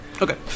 Okay